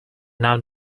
not